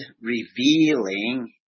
revealing